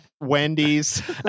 Wendy's